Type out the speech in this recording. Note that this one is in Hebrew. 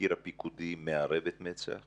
התחקיר הפיקודי מערב את מצ"ח?